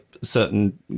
certain